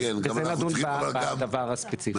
אבל בזה נדון בדבר הספציפי.